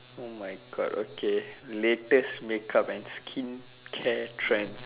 oh my god okay latest make up and skincare trends